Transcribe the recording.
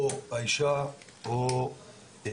או על ידי האישה או המדינה,